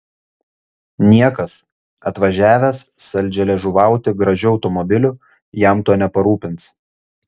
niekas atvažiavęs saldžialiežuvauti gražiu automobiliu jam to neparūpins